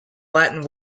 latin